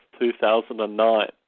2009